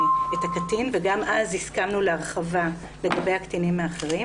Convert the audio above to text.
וגם אז הסכמנו להרחבה לגבי הקטינים האחרים